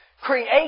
create